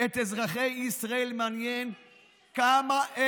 את אזרחי ישראל מעניין כמה,